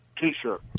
T-shirt